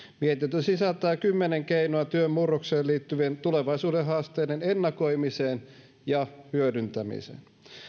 mietintö sisältää kymmenen keinoa työn murrokseen liittyvien tulevaisuuden haasteiden ennakoimiseen ja hyödyntämiseen